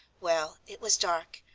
well, it was dark,